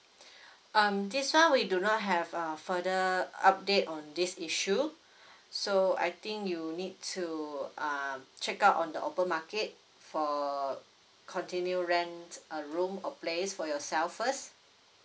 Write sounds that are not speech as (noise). (breath) um this [one] we do not have uh further update on this issue (breath) so I think you need to um check up on the open market for continue rent a room or place for yourself first